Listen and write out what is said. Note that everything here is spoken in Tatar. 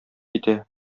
китә